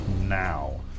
now